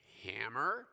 Hammer